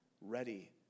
ready